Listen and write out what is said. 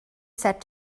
said